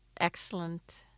excellent